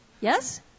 yes